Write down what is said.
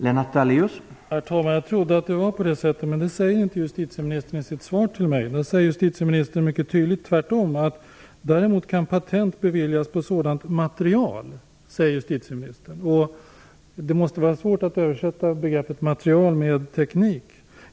Herr talman! Jag trodde att det var på det sättet, men så sade inte justitieministern i sitt svar. Hon sade mycket tydligt tvärtom, nämligen att patent däremot kan beviljas på sådant material. Det måste vara svårt att översätta begreppet material med teknik.